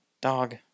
Dog